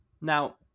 Now